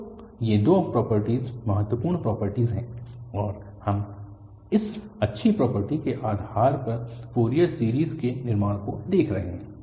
तो ये दो प्रॉपर्टीस महत्वपूर्ण प्रॉपर्टीस हैं और हम इस अच्छी प्रॉपर्टी के आधार पर फ़ोरियर सीरीज़ के निर्माण को देख रहे हैं